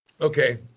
Okay